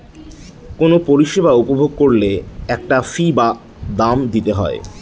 কোনো পরিষেবা উপভোগ করলে একটা ফী বা দাম দিতে হয়